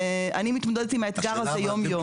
אני מתמודדת עם האתגר הזה יום-יום.